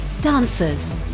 dancers